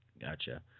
Gotcha